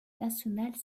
nationale